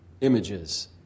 images